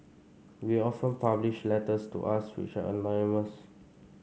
we often publish letters to us which are anonymous